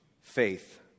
faith